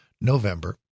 November